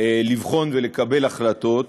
לבחון ולקבל החלטות,